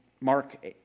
Mark